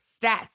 stats